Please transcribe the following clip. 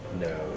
No